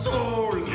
Soul